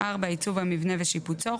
(4)עיצוב המבנה ושיפוצו,